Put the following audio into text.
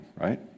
right